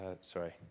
Sorry